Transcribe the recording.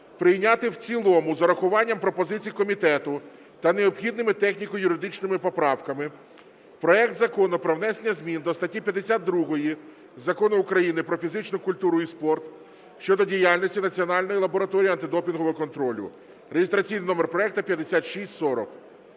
прийняти в цілому з врахуванням пропозицій комітету та необхідними техніко-юридичними поправками проект Закону про внесення змін до статті 52 Закону України "Про фізичну культуру і спорт" щодо діяльності Національної лабораторії антидопінгового контролю (реєстраційний номер проекту 5640).